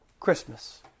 Christmas